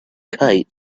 kite